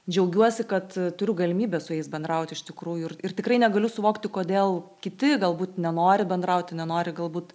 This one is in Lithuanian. džiaugiuosi kad turiu galimybę su jais bendrauti iš tikrųjų ir tikrai negaliu suvokti kodėl kiti galbūt nenori bendrauti nenori galbūt